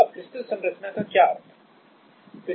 अब क्रिस्टल संरचना का क्या अर्थ है